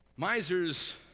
Misers